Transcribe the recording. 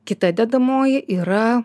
kita dedamoji yra